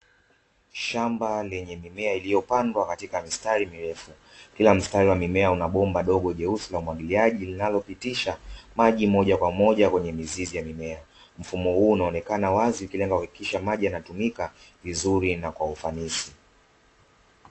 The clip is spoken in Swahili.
Shamba lenye mimea iliyopandwa katika mistari mirefu. Kila mstari wa mimea una bomba dogo jeusi la umwagiliaji, linalopitisha maji moja kwa moja kwenye mizizi ya mimea. Mfumo huu unaonekana wazi ukilenga kuhakikisha maji yanatumika vizuri na kwa ufanisi.